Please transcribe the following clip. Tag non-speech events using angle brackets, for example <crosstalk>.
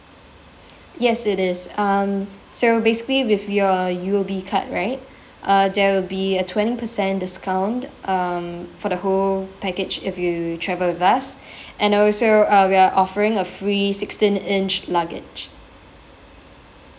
yes it is um so basically with your U_O_B card right uh there will be a twenty percent discount um for the whole package if you travel with us <breath> and also uh we are offering a free sixteen inch luggage